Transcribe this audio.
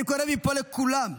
אני קורא מפה לכולם: